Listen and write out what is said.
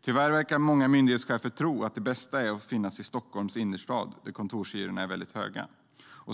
Tyvärr verkar många myndighetschefer tro att det bästa är att finnas i Stockholms innerstad där kontorshyrorna är väldigt höga.